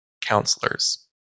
counselors